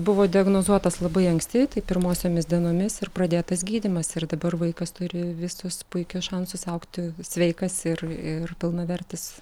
buvo diagnozuotas labai anksti tai pirmosiomis dienomis ir pradėtas gydymas ir dabar vaikas turi visus puikius šansus augti sveikas ir ir pilnavertis